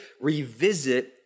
revisit